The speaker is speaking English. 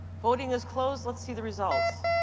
voting is closed. let's see the results.